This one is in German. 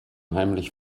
heimlich